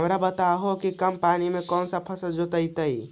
हमरा के बताहु कि कम पानी में कौन फसल लग जैतइ?